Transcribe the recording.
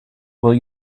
well